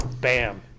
Bam